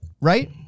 right